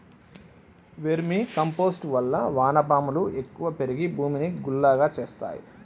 vermi compost వల్ల వాన పాములు ఎక్కువ పెరిగి భూమిని గుల్లగా చేస్తాయి